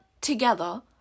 together